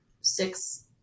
six